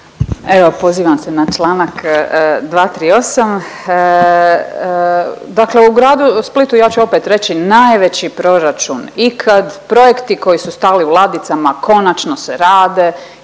Evo pozivam se na čl. 238., dakle u Gradu Splitu ja ću opet reći najveći proračun ikad, projekti koji su stajali u ladicama konačno se rade,